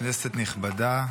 כנסת נכבדה,